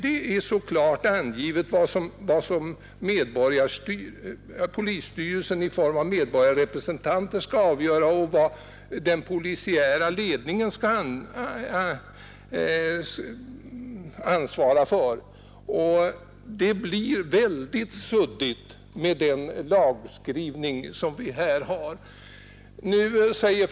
Det är klart angivet vad medborgarrepresentanterna i polisstyrelsen skall avgöra och vad den polisiära ledningen skall ansvara för. Det blir mycket suddigt med den lagtext som vi här föreslår.